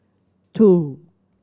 two